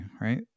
right